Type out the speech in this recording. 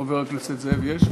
רמקול לחבר הכנסת זאב יש?